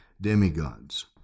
demigods